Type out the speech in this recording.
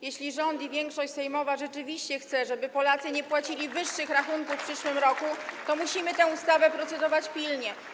Jeśli rząd i większość sejmowa rzeczywiście chcą, żeby Polacy nie płacili wyższych rachunków w przyszłym roku, to musimy nad tym projektem ustawy procedować pilnie.